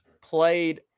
played